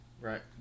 right